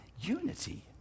unity